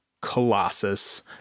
colossus